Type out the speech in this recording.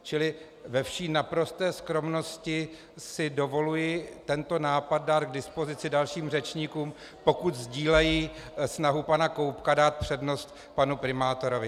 Čili ve vší naprosté skromnosti si dovoluji tento nápad dát k dispozici dalším řečníkům, pokud sdílejí snahu pana Koubka dát přednost panu primátorovi.